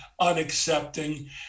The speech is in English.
unaccepting